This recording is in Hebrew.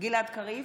גלעד קריב,